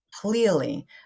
clearly